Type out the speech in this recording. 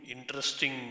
interesting